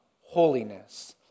holiness